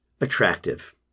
attractive